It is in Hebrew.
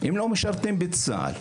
הם לא משרתים בצה"ל.